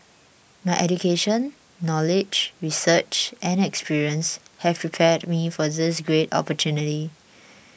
my education knowledge research and experience have prepared me for this great opportunity